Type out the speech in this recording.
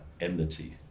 enmity